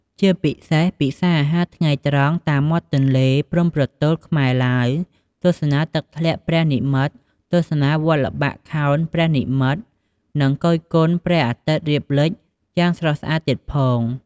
ជាពិសេស ពិសារអាហារថ្ងៃត្រង់តាមមាត់ទន្លេព្រំប្រទល់ខ្មែរ-ឡាវ-ទស្សនាទឹកធ្លាក់ព្រះនិម្មិតទស្សនា វត្តល្បាក់ខោនព្រះនិម្មិត និង គយគន់ព្រះអាទិត្យរៀបលិចយ៉ាងស្រស់ស្អាតទៀតផង។